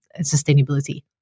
sustainability